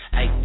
Hey